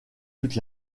toute